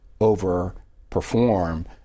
overperform